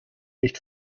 nicht